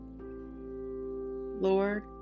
Lord